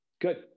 Good